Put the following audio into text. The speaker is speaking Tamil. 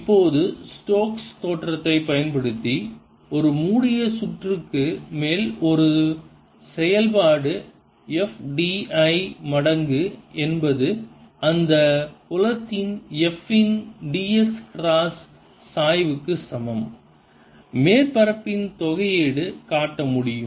இப்போது ஸ்டோக்ஸ் தேற்றத்தைப் பயன்படுத்தி ஒரு மூடிய சுற்றுக்கு மேல் ஒரு செயல்பாடு f d 1 மடங்கு என்பது அந்த புலத்தின் f இன் ds கிராஸ் சாய்வுக்கு சமம் மேற்பரப்பின் தொகையீடு காட்ட முடியும்